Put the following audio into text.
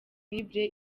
bible